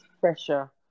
pressure